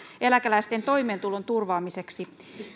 eläkeläisten toimeentulon turvaamiseksi